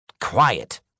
Quiet